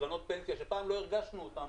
קרנות פנסיה שפעם לא הרגשנו אותן,